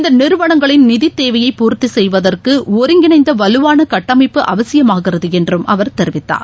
இந்தநிறுவனங்களின் பூர்த்திசெய்வதற்குஒருங்கிணைந்தவலுவானகட்டமைப்பு அவசியமாகிறதுஎன்றும் அவர் தெரிவித்தார்